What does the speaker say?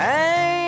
Hey